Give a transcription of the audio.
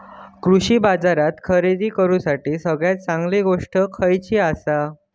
कृषी बाजारावर खरेदी करूसाठी सगळ्यात चांगली गोष्ट खैयली आसा?